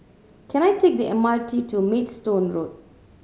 can I take the M R T to Maidstone Road